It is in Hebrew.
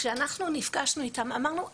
כשאנחנו נפגשנו איתם אמרנו,